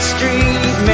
Street